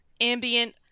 ambient